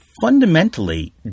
fundamentally